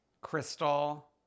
Crystal